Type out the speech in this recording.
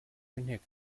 w’inteko